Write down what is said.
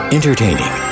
Entertaining